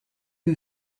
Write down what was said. who